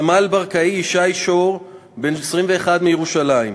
סמל ברקאי ישי שור, בן 21, מירושלים,